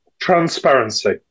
Transparency